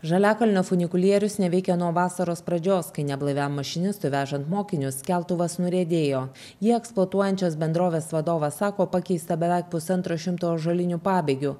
žaliakalnio funikulierius neveikia nuo vasaros pradžios kai neblaiviam mašinistui vežant mokinius keltuvas nuriedėjo jį eksploatuojančios bendrovės vadovas sako pakeista beveik pusantro šimto ąžuolinių pabėgių